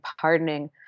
pardoning